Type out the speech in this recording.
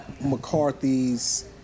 McCarthy's